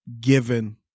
given